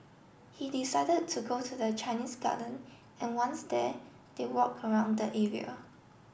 he decided to go to the Chinese Garden and once there they walk around the area